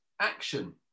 action